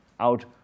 Out